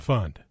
Fund